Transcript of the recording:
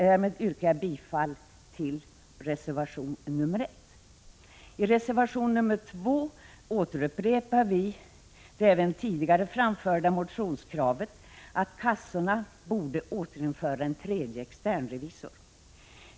Därmed yrkar jag bifall till reservation 1. I reservation 2 återupprepar vi det tidigare framförda motionskravet att kassorna skall återinföra en tredje externrevisor.